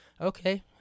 okay